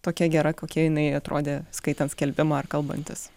tokia gera kokia jinai atrodė skaitant skelbimą ar kalbantis